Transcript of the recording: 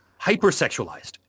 hypersexualized